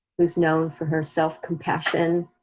who's known for her self-compassion.